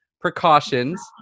precautions